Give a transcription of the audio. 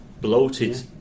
bloated